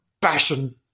passion